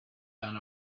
than